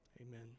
amen